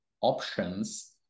options